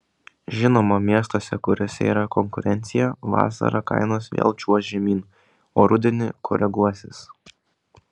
žinoma miestuose kuriuose yra konkurencija vasarą kainos vėl čiuoš žemyn o rudenį koreguosis